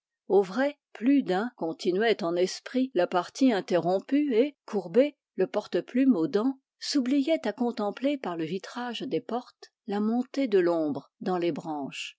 au vrai plus d'un continuait en esprit la partie interrompue et courbé le porte-plume aux dents s'oubliait à contempler par le vitrage des portes la montée de l'ombre dans les branches